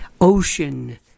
ocean